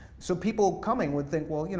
so people coming would think well, you know